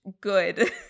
good